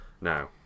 Now